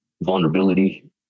vulnerability